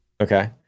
Okay